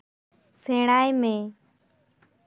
ᱥᱮᱬᱟᱭ ᱢᱮ